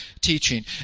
teaching